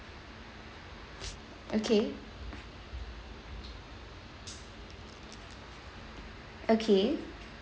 okay okay